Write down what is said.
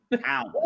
Pounds